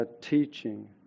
teaching